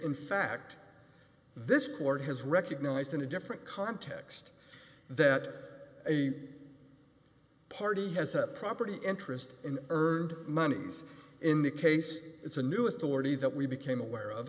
in fact this court has recognized in a different context that a party has a property interest in earned money in the case it's a new authority that we became aware of